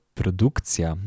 produkcja